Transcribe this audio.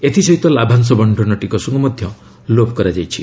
ଏଥିସହିତ ଲାଭାଂଶ ବଣ୍ଟନ ଟିକସକୁ ମଧ୍ୟ ଲୋପ୍ କରାଯାଇଛି